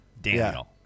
Daniel